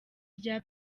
rya